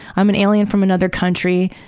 i'm an alien from another country.